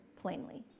plainly